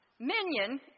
Minion